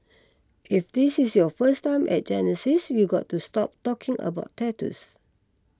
if this is your first time at Genesis you've got to stop talking about tattoos